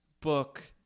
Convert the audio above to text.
book